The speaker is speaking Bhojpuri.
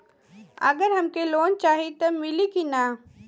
अगर हमके लोन चाही त मिली की ना?